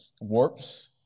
Warps